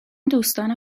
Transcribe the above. دوستان